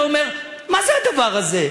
והוא אומר, מה זה הדבר הזה?